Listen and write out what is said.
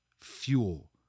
fuel